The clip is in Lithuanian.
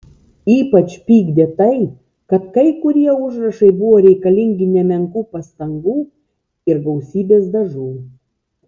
ypač pykdė tai kad kai kurie užrašai buvo reikalingi nemenkų pastangų ir gausybės dažų